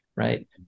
Right